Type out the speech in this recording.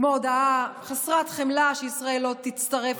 כמו הודעה חסרת חמלה שישראל לא תצטרף